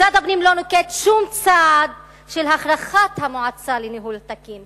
משרד הפנים לא נוקט שום צעד של הכרחת המועצה לניהול תקין,